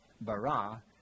bara